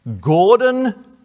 Gordon